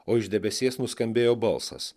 o iš debesies nuskambėjo balsas